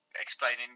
explaining